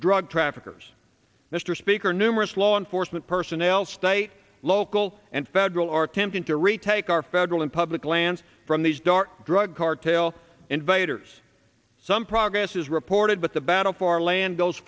drug traffickers mr speaker numerous law enforcement personnel state local and federal are attempting to retake our federal and public lands from these dark drug cartel invaders some progress is reported but the battle for land